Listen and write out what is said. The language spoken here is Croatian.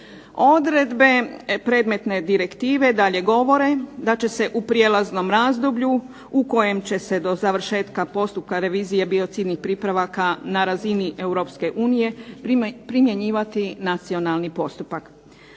Odredbe predmetne direktive dalje govore da će se u prijelaznom razdoblju u kojem će se do završetka postupka revizije biocidnih pripravaka na razini Europske unije primjenjivati nacionalni postupak.